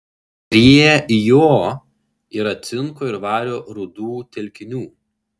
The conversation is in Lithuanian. prie jo yra cinko ir vario rūdų telkinių